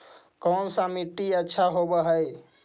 कोन सा मिट्टी अच्छा होबहय?